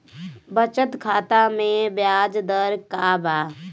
बचत खाता मे ब्याज दर का बा?